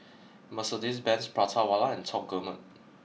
Mercedes Benz Prata Wala and Top Gourmet